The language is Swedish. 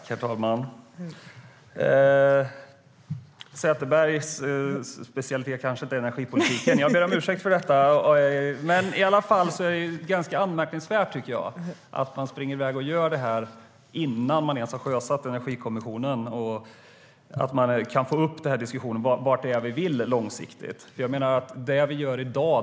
Herr ålderspresident! Sätherbergs specialitet kanske inte är energipolitiken, så jag ber om ursäkt. Det är ganska anmärkningsvärt att man springer i väg och gör detta innan man ens har sjösatt Energikommissionen där man kan få upp diskussionen om vad vi vill långsiktigt.